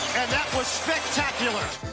and that was spectacular.